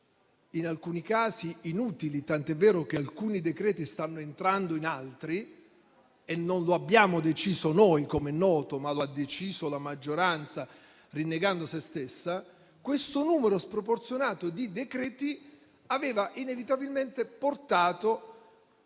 in alcuni casi inutili, tant'è vero che alcuni di essi saranno assorbiti da altri (e non lo abbiamo deciso noi, come è noto, ma lo ha deciso la maggioranza, rinnegando sé stessa). Questo numero sproporzionato di decreti aveva inevitabilmente portato